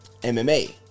MMA